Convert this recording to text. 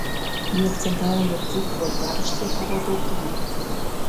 ji akcentavo jog dzūkų valgiaraštyje buvo daug grybų